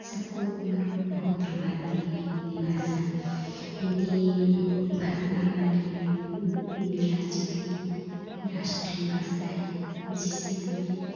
सबको मन को बहुत लुभाती है हिन्दी भाषा हिन्दी भाषा हमारी राज्य की राष्ट्रीय भाषा है जिससे हमें